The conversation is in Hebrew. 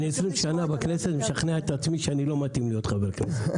אני 20 שנה בכנסת ואני משכנע את עצמי שאני לא מתאים להיות חבר כנסת,